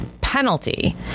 penalty